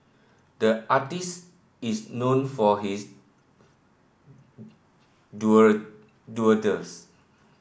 the artist is known for his doodles